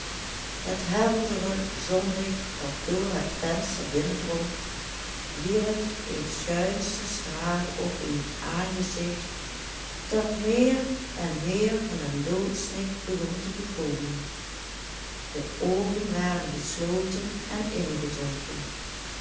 het heldere zonlicht dat door het venster binnendrong wierp een schuinschen straal op een aangezicht dat meer en meer van den doodsnik begon te bekomen de oogen waren gesloten en ingezonken